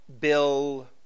Bill